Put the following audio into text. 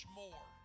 more